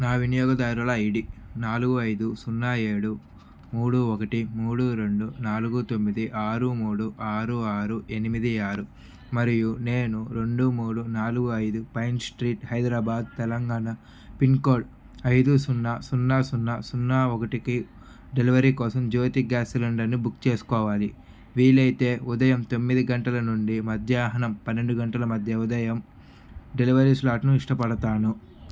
నా వినియోగదారుల ఐడి నాలుగు ఐదు సున్నా ఏడు మూడు ఒకటి మూడు రెండు నాలుగు తొమ్మిది ఆరు మూడు ఆరు ఆరు ఎనిమిది ఆరు మరియు నేను రెండు మూడు నాలుగు ఐదు Pine Street Hyderabad Telangana pin code ఐదు సున్నా సున్నా సున్నా సున్నా ఒకటికి డెలివరీ కోసం జ్యోతి గ్యాస్ సిలిండర్ని బుక్ చేసుకోవాలి వీలైతే ఉదయం తొమ్మిది గంటల నుండి మధ్యాహ్నం పన్నెండు గంటల మధ్య ఉదయం డెలివరీ స్లాట్ను ఇష్టపడతాను